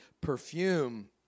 perfume